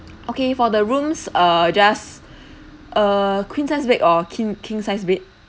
okay for the rooms err just err queen size bed or king king size bed